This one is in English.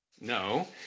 No